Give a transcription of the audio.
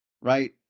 Right